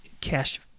cash